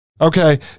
okay